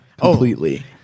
Completely